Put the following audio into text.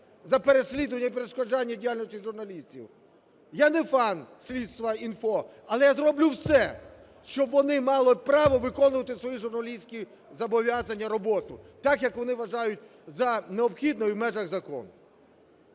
за переслідування і перешкоджанню діяльності журналістів. Я не фан Слідство.Інфо, але я зроблю все, щоб вони мали право виконувати свої журналістські зобов'язання і роботу так, як вони вважають за необхідне, і в межах закону.